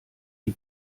die